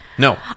No